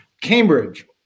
Cambridge